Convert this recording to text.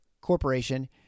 corporation